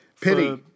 Pity